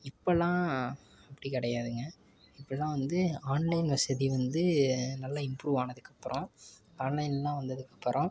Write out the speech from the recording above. இப்போல்லாம் அப்படி கிடையாதுங்க இப்போல்லாம் வந்து ஆன்லைன் வசதி வந்து நல்லா இம்ப்ரூவ் ஆனதுக்கப்புறம் ஆன்லைன்லாம் வந்ததுக்கப்புறம்